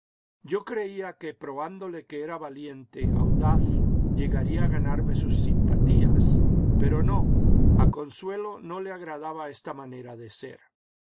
yo creía que probándole que era valiente audaz llegaría a ganarme sus simpatías pero no a consuelo no le agradaba esta manera de ser